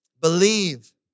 believe